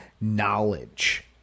knowledge